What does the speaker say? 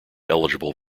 eligible